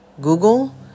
Google